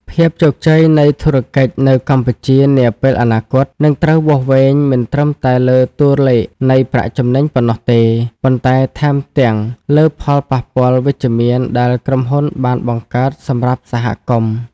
ភាពជោគជ័យនៃធុរកិច្ចនៅកម្ពុជានាពេលអនាគត នឹងត្រូវវាស់វែងមិនត្រឹមតែលើតួលេខនៃប្រាក់ចំណេញប៉ុណ្ណោះទេ ប៉ុន្តែថែមទាំងលើផលប៉ះពាល់វិជ្ជមានដែលក្រុមហ៊ុនបានបង្កើតសម្រាប់សហគមន៍។